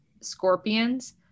scorpions